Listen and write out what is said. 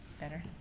better